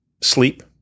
Sleep